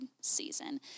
season